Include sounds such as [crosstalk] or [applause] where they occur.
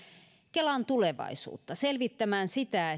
kelan tulevaisuutta selvittämään sitä [unintelligible]